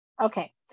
Okay